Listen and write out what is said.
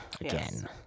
again